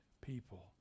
people